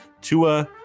Tua